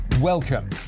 Welcome